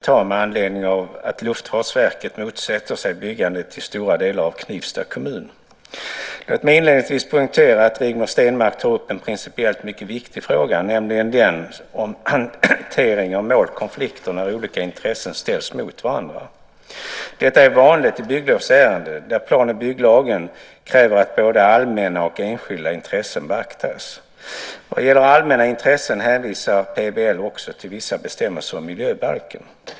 Fru talman! Rigmor Stenmark har frågat mig vilka åtgärder jag ämnar vidta med anledning av att Luftfartsverket motsätter sig byggande i stora delar av Knivsta kommun. Låt mig inledningsvis poängtera att Rigmor Stenmark tar upp en principiellt mycket viktig fråga, nämligen den om hantering av målkonflikter när olika intressen ställs mot varandra. Detta är vanligt i bygglovsärenden, där plan och bygglagen kräver att både allmänna och enskilda intressen beaktas. Vad gäller allmänna intressen hänvisar PBL också till vissa bestämmelser i miljöbalken.